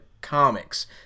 comics